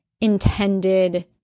intended